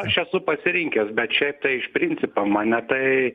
aš esu pasirinkęs bet šiaip tai iš principo mane tai